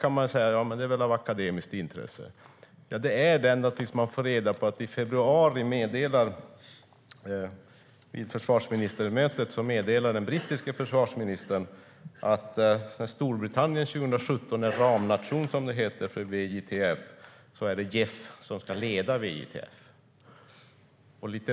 Man kan få intrycket att detta mest är akademiskt intresse, men det förändras när man får veta att vid försvarsministermötet i februari meddelade den brittiske försvarsministern att när Storbritannien 2017 är ramnation för VJTF är det JEF som ska leda VJTF.